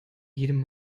jedem